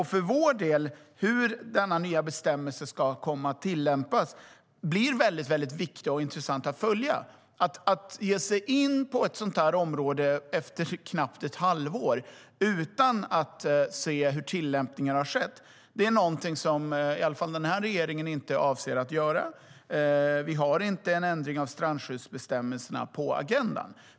Hur denna nya bestämmelse ska komma att tillämpas blir viktigt och intressant att följa. Att ge sig in på ett sådant område efter knappt ett halvår utan att se på hur tillämpningen har gått till är något som den här regeringen inte avser att göra. Vi har inte en ändring av strandskyddsbestämmelserna på agendan.